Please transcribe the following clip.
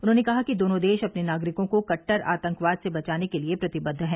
उन्होंने कहा कि दोनों देश अपने नागरिकों को कट्टर आतंकवाद से बचाने के लिए प्रतिबद्ध है